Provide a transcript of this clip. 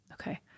okay